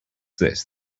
this